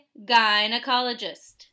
gynecologist